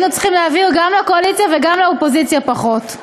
היינו צריכים להעביר גם לקואליציה וגם לאופוזיציה פחות.